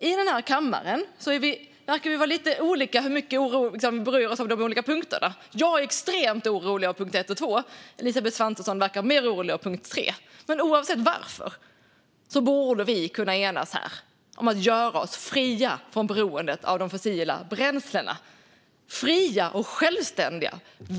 I den här kammaren verkar det vara lite olika hur mycket vi bryr oss om de olika punkterna. Jag är extremt orolig över punkt 1 och 2. Elisabeth Svantesson verkar mer orolig över punkt 3. Men oavsett varför borde vi kunna enas om att göra oss fria från beroendet av de fossila bränslena - fria och självständiga.